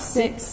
six